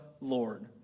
Lord